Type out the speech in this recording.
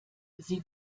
sie